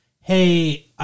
hey